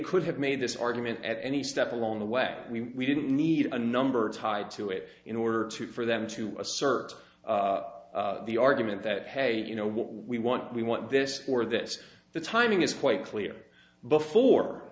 could have made this argument at any step along the way we didn't need a number tied to it in order to for them to assert the argument that hey you know what we want we want this or that the timing is quite clear before